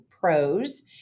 Pros